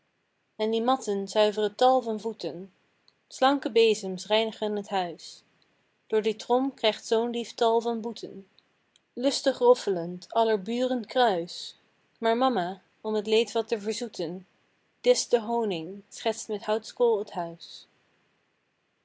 en die matten zuiveren tal van voeten slanke bezems reinigen het huis door die trom krijgt zoonlief tal van boeten lustig roffelend aller buren kruis maar mama om t leed wat te verzoeten discht de honing schetst met houtskool t huis